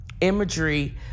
imagery